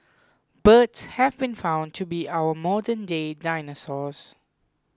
birds have been found to be our modernday dinosaurs